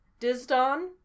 Dizdon